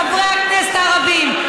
חברי הכנסת הערבים,